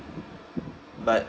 but